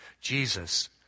Jesus